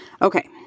Okay